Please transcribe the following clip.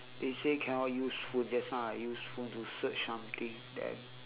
they say cannot use phone just now I use my phone to search something then